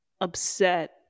upset